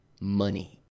Money